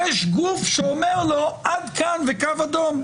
יש גוף שאומר לו עד כאן ושם קו אדום.